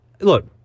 Look